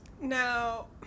Now